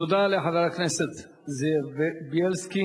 תודה לחבר הכנסת זאב בילסקי.